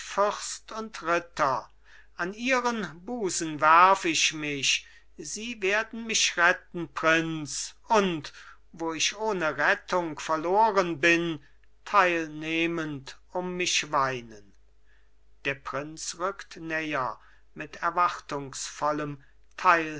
fürst und ritter an ihren busen werf ich mich sie werden mich retten prinz und wo ich ohne rettung verloren bin teilnehmend um mich weinen der prinz rückt näher mit erwartungsvollem